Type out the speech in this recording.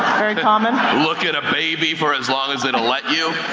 very common. look at a baby for as long as it'll let you.